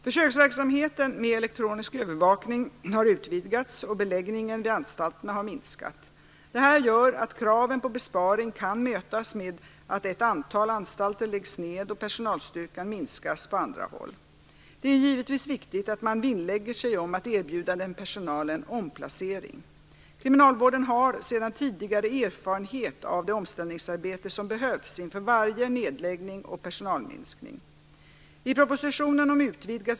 Försöksverksamheten med elektronisk övervakning har utvidgats och beläggningen vid anstalterna har minskat. Detta gör att kraven på besparing kan mötas med att ett antal anstalter läggs ned och att personalstyrkan minskas på andra håll. Det är givetvis viktigt att man vinnlägger sig om att erbjuda denna personal omplacering. Kriminalvården har sedan tidigare erfarenhet av det omställningsarbete som behövs inför varje nedläggning och personalminskning.